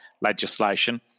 legislation